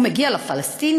הוא מגיע לפלסטינים?